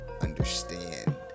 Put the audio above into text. understand